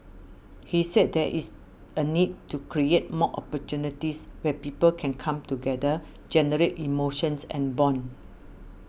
he said there is a need to create more opportunities where people can come together generate emotions and bond